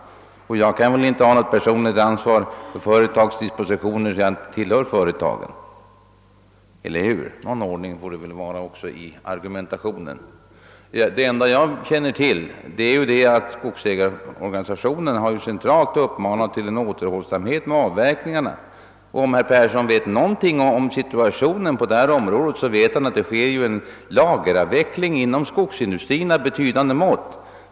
Jag kan väl inte heller ta något personligt ansvar för dispositionerna hos företag som jag inte tillhör, eller hur? Det enda jag känner till är att skogsägarorganisationerna centralt har uppmanat till återhållsamhet med avverkningarna. Om herr Persson i Skänninge vet någonting om situationen på detta område, har han reda på att det försiggår en lageravveckling av betydande mått inom skogsindustrin.